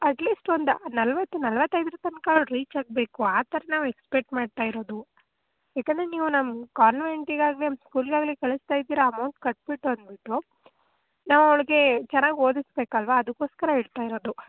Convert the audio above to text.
at least ಒಂದು ನಲ್ವತ್ತು ನಲ್ವತ್ತೈದರ ತನಕ ಅವ್ಳು ರೀಚ್ ಆಗಬೇಕು ಆ ಥರ ನಾವು ಎಕ್ಸ್ಪೆಕ್ಟ್ ಮಾಡ್ತಾ ಇರೋದು ಏಕಂದರೆ ನೀವು ನಮ್ಮ ಕ್ವಾನ್ವೆಂಟಿಗಾಗಲಿ ಸ್ಕೂಲ್ಗಾಗಲಿ ಕಳಿಸ್ತಾ ಇದ್ದೀರಾ ಅಮೌಂಟ್ ಕಟ್ಬಿಟ್ಟು ಅಂದ್ಬಿಟ್ಟು ನಾವು ಅವ್ಳಿಗೆ ಚೆನ್ನಾಗಿ ಓದಿಸಬೇಕಲ್ವಾ ಅದಕ್ಕೋಸ್ಕರ ಹೇಳ್ತಾ ಇರೋದು